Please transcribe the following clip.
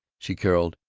she caroled,